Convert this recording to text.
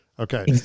Okay